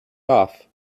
off